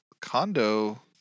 condo